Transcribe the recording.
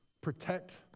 protect